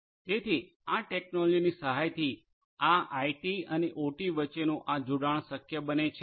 તેથી આ ટેકનોલોજીની સહાયથી આ આઇટી અને ઓટી વચ્ચેનું આ જોડાણ શક્ય બને છે